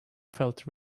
felt